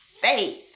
faith